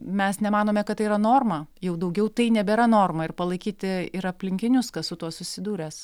mes nemanome kad tai yra norma jau daugiau tai nebėra norma ir palaikyti ir aplinkinius kas su tuo susidūręs